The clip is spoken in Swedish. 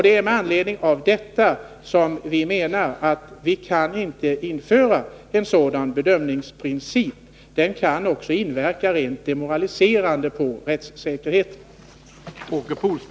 Det är med anledning av dessa invändningar som vi menar att vi inte kan införa en sådan här bedömningsprincip, som också skulle kunna verka rent demoraliserande på rättssäkerheten.